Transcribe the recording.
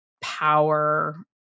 power